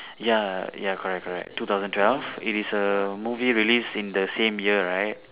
ya ya correct correct two thousand twelve it is a movie released in the same year right